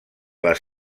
les